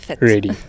ready